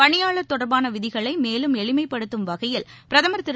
பணியாளர் தொடர்பான விதிகளை மேலும் எளிமைப்படுத்தும் வகையில் பிரதமர் திரு